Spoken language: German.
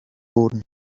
boden